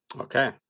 Okay